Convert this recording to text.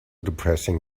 depressing